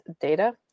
data